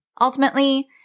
Ultimately